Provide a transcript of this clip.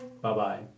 Bye-bye